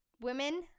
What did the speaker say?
women